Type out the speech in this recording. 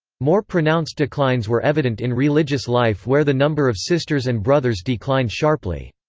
more pronounced declines were evident in religious life where the number of sisters and brothers declined sharply.